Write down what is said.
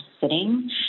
sitting